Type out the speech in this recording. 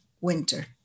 Winter